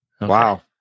Wow